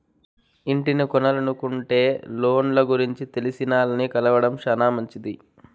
ఇంటిని కొనలనుకుంటే లోన్ల గురించి తెలిసినాల్ని కలవడం శానా మంచిది